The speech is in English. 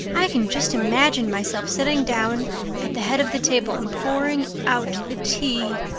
i can just imagine myself sitting down at the head of the table and pouring out the tea,